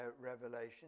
Revelation